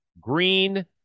Green